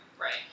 Right